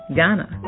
Ghana